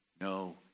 no